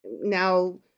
Now